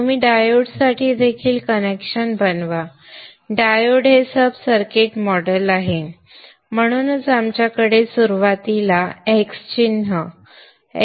तुम्ही डायोड्ससाठी देखील कनेक्शन बनवा डायोड हे सब सर्किट मॉडेल आहे म्हणूनच आमच्याकडे सुरुवातीला x चिन्ह x आहे